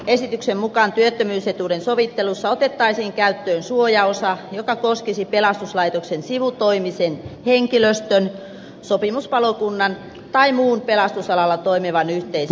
esityksen mukaan työttömyysetuuden sovittelussa otettaisiin käyttöön suojaosa joka koskisi pelastuslaitoksen sivutoimisen henkilöstön sopimuspalokunnan tai muun pelastusalalla toimivan yhteisön